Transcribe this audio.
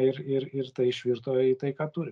ir ir ir tai išvirto į tai ką turi